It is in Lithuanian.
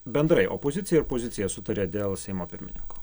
bendrai opozicija ir pozicija sutaria dėl seimo pirmininko